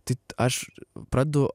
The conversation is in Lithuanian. ta aš pradedu